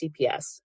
CPS